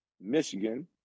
Michigan